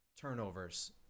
turnovers